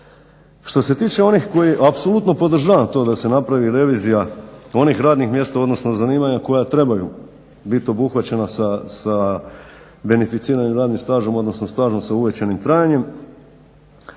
Što se tiče onih koji apsolutno podržavam to da se napravi revizija onih radnih mjesta, odnosno zanimanja koja trebaju biti obuhvaćena sa beneficiranim radnim stažom, odnosno stažom sa uvećanim trajanjem.